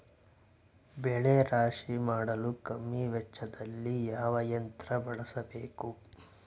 ಬೆಳೆ ರಾಶಿ ಮಾಡಲು ಕಮ್ಮಿ ವೆಚ್ಚದಲ್ಲಿ ಯಾವ ಯಂತ್ರ ಬಳಸಬಹುದು?